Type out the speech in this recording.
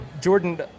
jordan